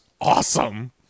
awesome